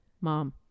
mom